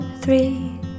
three